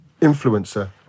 influencer